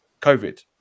COVID